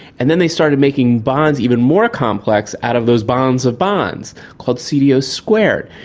and then they started making bonds even more complex out of those bonds of bonds, called cdos-squared,